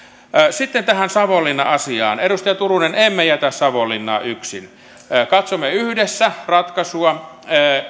sitten tähän savonlinna asiaan edustaja turunen emme jätä savonlinnaa yksin katsomme yhdessä ratkaisua